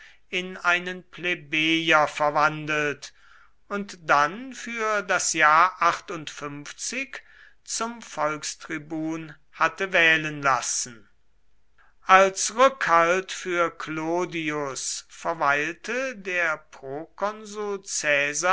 in einen plebejer verwandelt und dann für das jahr zum volkstribun hatte wählen lassen als rückhalt für clodius verweilte der